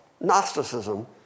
Gnosticism